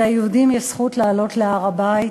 שליהודים יש זכות לעלות להר-הבית.